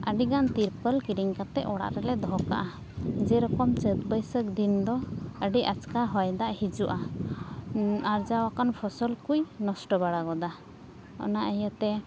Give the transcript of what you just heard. ᱟᱹᱰᱤ ᱜᱟᱱ ᱛᱤᱨᱯᱳᱱ ᱠᱤᱨᱤᱧ ᱠᱟᱛᱮ ᱚᱲᱟᱜ ᱨᱮᱞᱮ ᱫᱚᱦᱚ ᱠᱟᱜᱼᱟ ᱡᱮ ᱨᱚᱠᱚᱢ ᱪᱟᱹᱛ ᱵᱟᱹᱭᱥᱟᱹᱠᱷ ᱫᱤᱱ ᱫᱚ ᱟᱹᱰᱤ ᱟᱡᱠᱟ ᱦᱚᱭ ᱫᱟᱜ ᱦᱤᱡᱩᱜᱼᱟ ᱟᱨᱡᱟᱣ ᱟᱠᱟᱱ ᱯᱷᱚᱥᱚᱞ ᱠᱚᱭ ᱱᱚᱥᱴᱚ ᱵᱟᱲᱟ ᱜᱚᱫᱟ ᱚᱱᱟ ᱤᱭᱟᱹ ᱛᱮ